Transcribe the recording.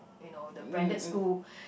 you know the branded school